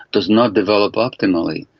does not develop optimally.